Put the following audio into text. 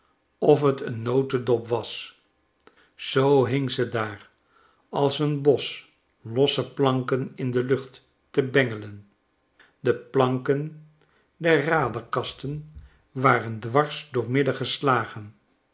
of t een notedop was zoo hing ze daar als een bos losse planken in de lucht te bengelen de planken der raderkasten waren dwars door midden geslagen